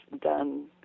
done